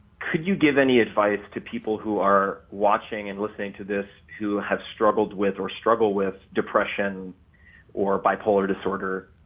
could you give any advice to people who are watching and listening to this who have struggled with or struggle with depression or bipolar disorder,